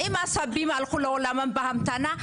עם הסבאים הלכו לעולמם בהמתנה,